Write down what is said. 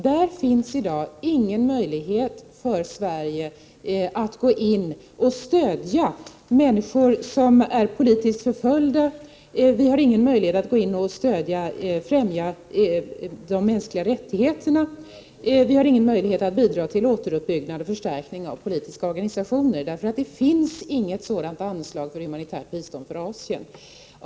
Det finns i dag inte någon möjlighet för Sverige att gå in och stödja människor som är politiskt förföljda. Vi har inte någon möjlighet att främja de mänskliga rättigheterna, och vi har inte heller någon möjlighet att bidra till återuppbyggnad och förstärkning av politiska organisationer, eftersom det inte finns något anslag för humanitärt bistånd för Asien.